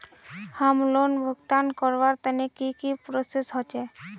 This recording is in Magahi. होम लोन भुगतान करवार तने की की प्रोसेस होचे?